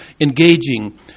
engaging